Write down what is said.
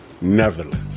Netherlands